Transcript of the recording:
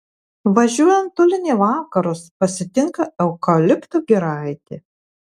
važiuojant tolyn į vakarus pasitinka eukaliptų giraitė